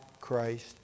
Christ